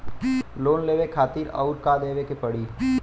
Loan लेवे खातिर अउर का देवे के पड़ी?